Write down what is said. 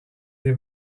des